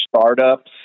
startups